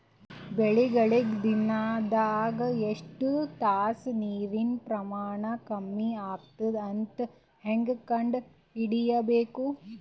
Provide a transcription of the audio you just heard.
ಬೆಳಿಗಳಿಗೆ ದಿನದಾಗ ಎಷ್ಟು ತಾಸ ನೀರಿನ ಪ್ರಮಾಣ ಕಮ್ಮಿ ಆಗತದ ಅಂತ ಹೇಂಗ ಕಂಡ ಹಿಡಿಯಬೇಕು?